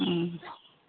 অঁ